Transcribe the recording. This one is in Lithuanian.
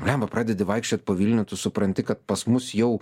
bliamba pradedi vaikščiot po vilnių tu supranti kad pas mus jau